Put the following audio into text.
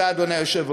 תודה, אדוני היושב-ראש.